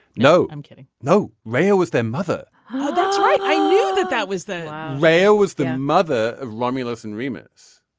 no i'm kidding. no radio was their mother oh that's right i knew that that was the radio was the mother of romulus and remus